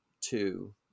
two